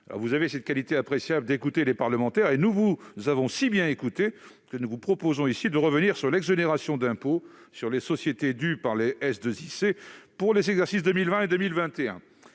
Vous avez cette qualité appréciable d'écouter les parlementaires. Pour notre part, nous vous avons si bien écouté que nous vous proposons ici de revenir sur l'exonération d'impôt sur les sociétés dû par les SIIC pour les exercices 2020 et 2021.